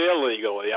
illegally